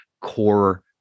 core